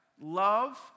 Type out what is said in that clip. love